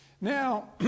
now